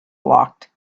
blocked